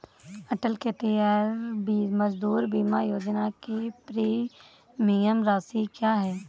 अटल खेतिहर मजदूर बीमा योजना की प्रीमियम राशि क्या है?